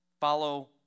follow